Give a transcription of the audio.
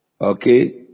Okay